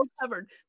covered